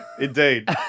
Indeed